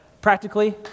practically